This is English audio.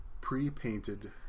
pre-painted